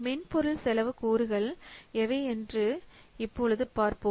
மென்பொருள் செலவு கூறுகள் எவை என்று இப்பொழுது பார்ப்போம்